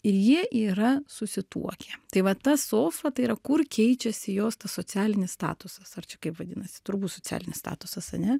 ir jie yra susituokę tai va ta sofa tai yra kur keičiasi jos socialinis statusas ar čia kaip vadinasi turbūt socialinis statusas ane